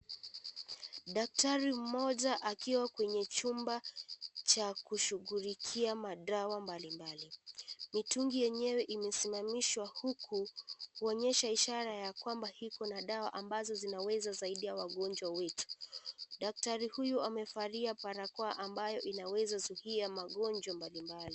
Daktari moja akiwa kwenye chumba cha kushughulikiwa madawa mbalimbali mitungi yenyewe imesimamishwa huku, kuonyesha ishara ya kwamba iko na dawa ambazo zinaweza saidia wagonjwa wetu, daktari huyu amevalia barakoa ambayo inaweza zuia magonjwa mbalimbali.